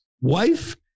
wife